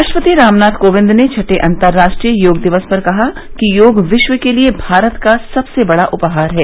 राष्ट्रपति रामनाथ कोविंद ने छठे अंतर्राष्ट्रीय योग दिवस पर कहा कि योग विश्व के लिए भारत का सबसे बड़ा उपहार है